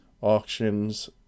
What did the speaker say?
auctions